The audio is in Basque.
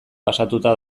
pasatuta